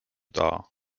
dar